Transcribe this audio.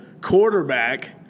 quarterback